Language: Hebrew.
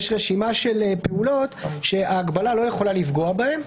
יש רשימה של פעולות שההגבלה לא יכולה לפגוע בהן,